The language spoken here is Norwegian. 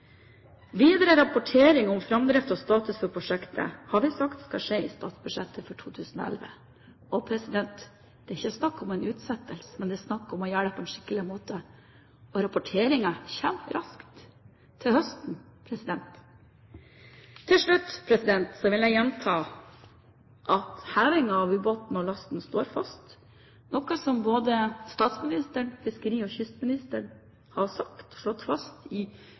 Videre rapportering om framdrift og status for prosjektet har vi sagt skal skje i statsbudsjettet for 2011. Det er ikke snakk om en utsettelse, det er snakk om å gjøre det på en skikkelig måte. Og rapporteringer kommer raskt – til høsten. Til slutt vil jeg gjenta at vedtaket om heving av ubåten og lasten står fast, noe som både statsministeren og fiskeri- og kystministeren ved ulike anledninger i år har slått fast, og som vi i